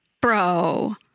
Bro